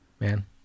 Man